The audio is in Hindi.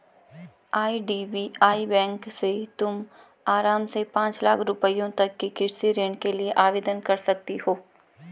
आई.डी.बी.आई बैंक से तुम आराम से पाँच लाख रुपयों तक के कृषि ऋण के लिए आवेदन कर सकती हो